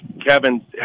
Kevin